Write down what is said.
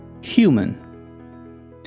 human